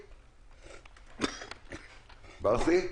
ברסי?